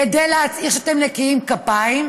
כדי להצהיר שאתם נקיי כפיים,